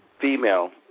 female